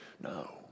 No